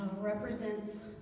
represents